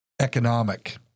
economic